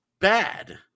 bad